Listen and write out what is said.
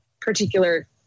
particular